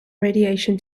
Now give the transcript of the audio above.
radiation